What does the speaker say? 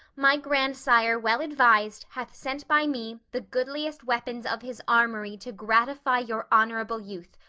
my grandsire, well advis'd, hath sent by me the goodliest weapons of his armoury to gratify your honourable youth,